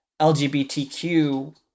lgbtq